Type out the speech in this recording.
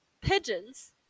pigeons